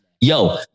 Yo